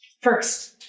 First